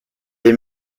est